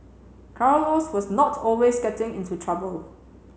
Carlos was not always getting into trouble